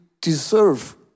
deserve